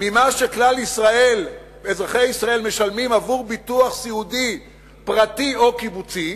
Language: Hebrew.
ממה שכלל אזרחי ישראל משלמים עבור ביטוח סיעודי פרטי או קיבוצי,